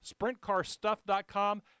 SprintCarStuff.com